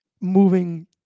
moving